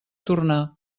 tornar